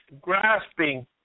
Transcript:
grasping